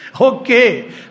Okay